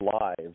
live